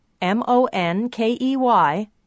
m-o-n-k-e-y